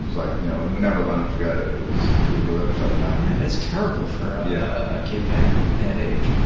like you know and would never let him forget it. it it was she was really upset about it. yeah, that's terrible for yeah a kid that that age.